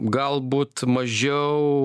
galbūt mažiau